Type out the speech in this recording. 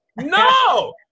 no